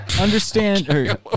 understand